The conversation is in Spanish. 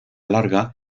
larga